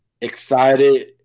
excited